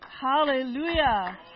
hallelujah